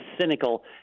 cynical